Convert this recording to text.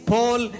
Paul